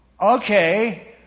okay